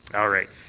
all right.